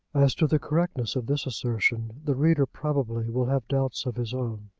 as to the correctness of this assertion the reader probably will have doubts of his own.